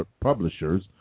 publishers